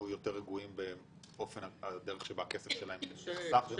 יותר רגועים באופן שבו הכסף שלהם נחסך ומושקע?